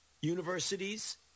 universities